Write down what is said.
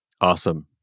Awesome